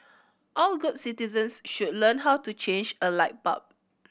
all good citizens should learn how to change a light bulb